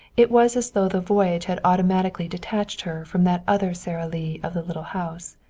it was as though the voyage had automatically detached her from that other sara lee of the little house.